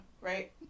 Right